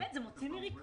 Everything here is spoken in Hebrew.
באמת, זה מוציא מריכוז.